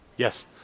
Yes